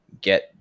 get